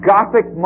Gothic